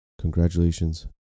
Congratulations